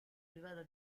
privata